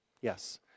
Yes